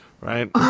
right